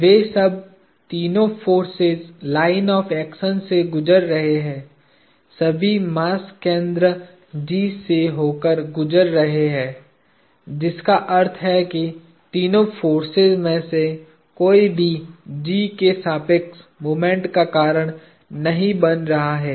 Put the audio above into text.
वे सब तीनों forces line of action से गुजर रहे हैं सभी मास केंद्र G से होकर गुजर रहें हैं जिसका अर्थ है कि तीनों फोर्सेज में से कोई भी G के सापेक्ष मोमेंट का कारण नहीं बन रहा है